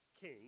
king